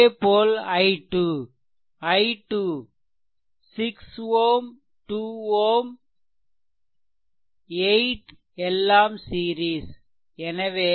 அதேபோல் i2 i2 6 Ω 2 Ω 8 எல்லாம் series எனவே